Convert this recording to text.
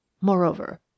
Moreover